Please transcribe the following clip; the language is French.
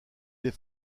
des